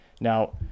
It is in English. now